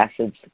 acids